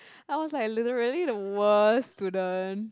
I was like literally the worst student